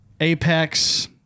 Apex